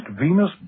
Venus